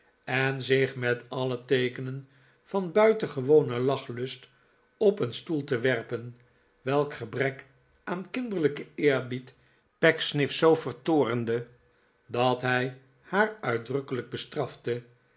en zich met alle teekenen van buitengewonen lachlust op een stoel te werpen welk gebrek aan kinderlijken eerbied pecksniff zoo vertoornde dat hij haar uitdrukkelijk bestrafte